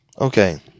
Okay